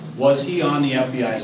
was he on the ah fbi's